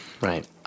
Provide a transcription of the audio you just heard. Right